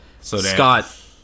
Scott